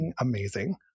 amazing